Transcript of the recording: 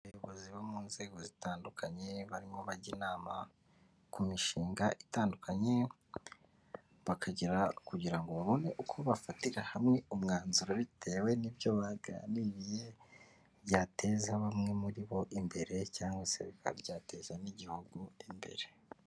Abayobozi bo mu nzego zitandukanye barimo bajya inama ku mishinga itandukanye, bakagira kugira ngo babone uko bafatira hamwe umwanzuro bitewe n'ibyo baganiriye, byateza bamwe muri bo imbere cyangwa se bikaba byateza n'igihugu imbere.